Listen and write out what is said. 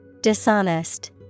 Dishonest